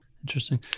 interesting